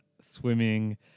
swimming